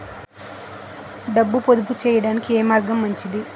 డబ్బు పొదుపు చేయటానికి ఏ మార్గం మంచిది?